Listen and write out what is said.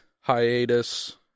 hiatus